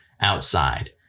outside